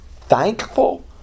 thankful